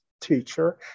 teacher